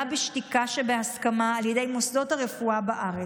בשתיקה שבהסכמה על ידי מוסדות הרפואה בארץ,